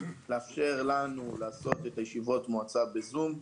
לאפשר לנו לעשות את ישיבות המועצה ב-זום,